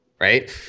Right